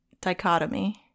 dichotomy